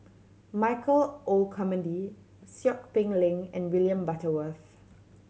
Michael Olcomendy Seow Peck Leng and William Butterworth